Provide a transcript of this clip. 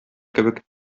кебек